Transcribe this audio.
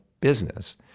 business